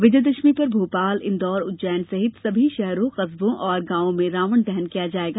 विजयादशमी पर भोपाल इंदौर उज्जैन सहित सभी शहरों कस्बों और गांवों में रावण दहन किया जायेगा